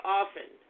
often